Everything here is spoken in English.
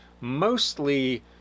mostly